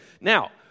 now